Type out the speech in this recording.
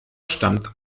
stammt